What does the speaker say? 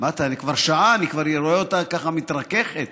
כבר שעה, אני כבר רואה אותה ככה מתרככת.